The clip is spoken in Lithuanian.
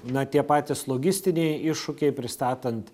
na tie patys logistiniai iššūkiai pristatant